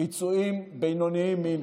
ביצועים בינוניים מינוס,